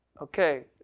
okay